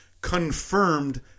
confirmed